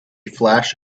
flash